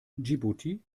dschibuti